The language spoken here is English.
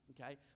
okay